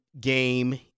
game